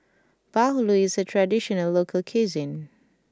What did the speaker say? Bahulu is a traditional local cuisine